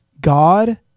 God